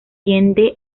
tiende